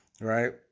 right